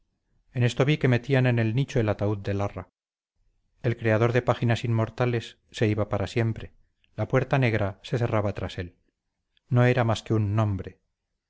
en esto vi que metían en el nicho el ataúd de larra el creador de páginas inmortales se iba para siempre la puerta negra se cerraba tras él no era más que un nombre